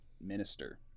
minister